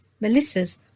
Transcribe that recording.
Melissa's